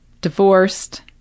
divorced